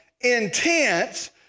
intense